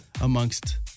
amongst